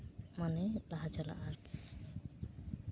ᱢᱟᱱᱮ ᱞᱟᱦᱟ ᱪᱟᱞᱟᱜᱼᱟ ᱟᱨᱠᱤ